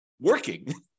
working